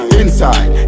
inside